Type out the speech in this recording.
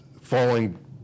falling